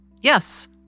Yes